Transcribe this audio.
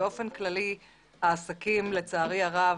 באופן כללי העסקים, לצערי הרב,